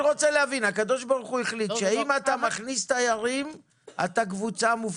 הקדוש ברוך הוא החליט שאם אתה מכניס תיירים אתה שייך לקבוצה מובחנת,